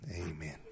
Amen